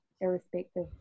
irrespective